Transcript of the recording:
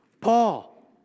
Paul